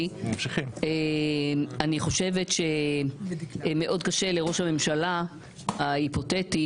אני חושבת שמאוד קשה לראש הממשלה ההיפותטי,